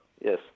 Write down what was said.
Yes